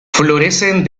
florecen